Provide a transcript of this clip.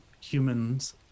humans